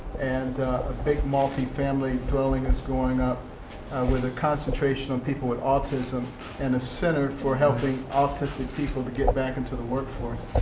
and a big multi-family dwelling is going up with a concentration of people with autism and a center for helping autistic people to get back into the workforce.